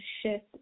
shift